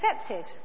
accepted